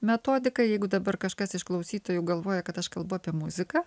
metodika jeigu dabar kažkas iš klausytojų galvoja kad aš kalbu apie muziką